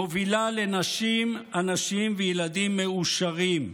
מובילה לנשים, אנשים וילדים מאושרים.